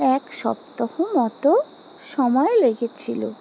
এক সপ্তাহ মতো সময় লেগেছিলো